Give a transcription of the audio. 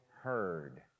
heard